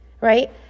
right